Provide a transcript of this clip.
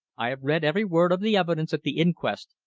i have read every word of the evidence at the inquest,